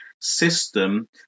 system